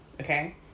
Okay